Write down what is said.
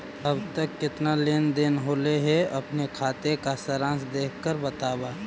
अब तक कितना लेन देन होलो हे अपने खाते का सारांश देख कर बतावा